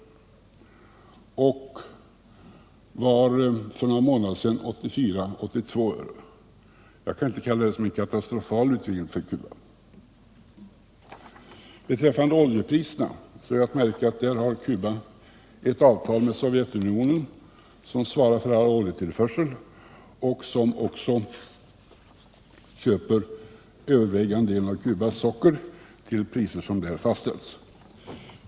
För några månader sedan var priset 84 och 82 öre. Jag kan inte kalla det för en katastrofal utveckling för Cuba. Beträffande oljepriserna är att märka att Cuba i det fallet har ett avtal med Sovjetunionen, som svarar för all oljetillförsel och som också köper den övervägande delen av Cubas socker till priser som där fastställs.